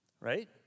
Right